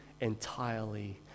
entirely